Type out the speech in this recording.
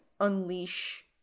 unleash